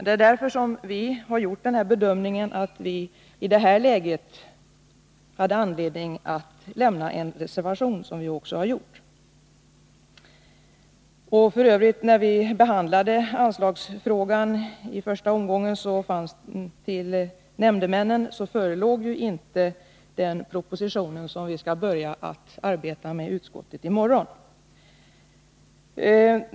Det är därför vi har gjort bedömningen att vi i detta läge hade anledning att avge en reservation, som vi också har gjort. — När vi i första omgången behandlade frågan om anslag till nämndemännen förelåg f.ö. inte den proposition som vi skall börja arbeta med i utskottet i morgon.